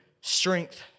strength